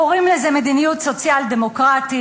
קוראים לזה מדיניות סוציאל-דמוקרטית.